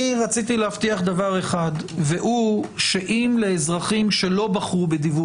אני רציתי להבטיח דבר אחד והוא שאם לאזרחים שלא בחרו בדיוור